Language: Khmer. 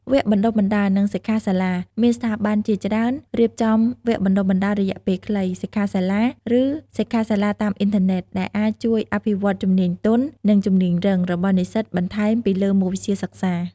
វគ្គបណ្ដុះបណ្ដាល និងសិក្ខាសាលា: មានស្ថាប័នជាច្រើនរៀបចំវគ្គបណ្ដុះបណ្ដាលរយៈពេលខ្លី សិក្ខាសាលា ឬសិក្ខាសាលាតាមអ៊ីនធឺណេត ដែលអាចជួយអភិវឌ្ឍជំនាញទន់ និងជំនាញរឹង របស់និស្សិតបន្ថែមពីលើមុខវិជ្ជាសិក្សា។